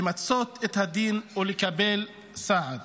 למצות את הדין ולקבל סעד.